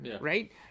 right